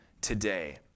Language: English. today